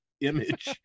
image